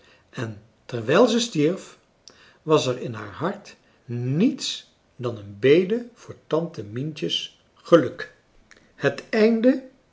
en terwijl zij stierf was er in haar hart niets dan een bede voor tante mientje's geluk